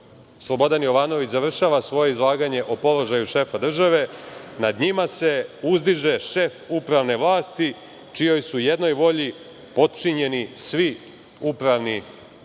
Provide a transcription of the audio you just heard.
Slobodan Jovanović završava svoje izlaganje o šefu države – „Nad njima se uzdiše šef upravne vlasti čiji su jednoj volji podčinjeni svi upravni